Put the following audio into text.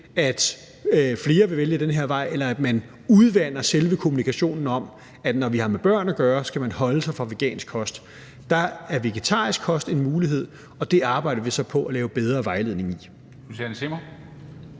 flere til at vælge den her vej, eller om man udvander selve kommunikationen om, at når vi har med børn at gøre, skal man holde sig fra vegansk kost. Der er vegetarisk kost en mulighed, og det arbejder vi så på at lave bedre vejledning i.